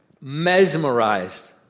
mesmerized